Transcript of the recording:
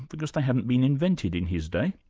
because they hadn't been invented in his day.